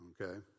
okay